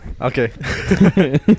Okay